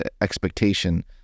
expectation